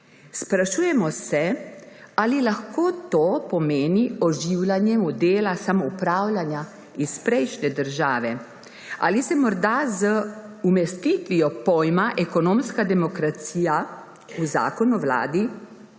Sprašujemo se, ali lahko to pomeni oživljanje modela samoupravljanja iz prejšnje države? Ali se morda z umestitvijo pojma ekonomska demokracija v Zakon o Vladi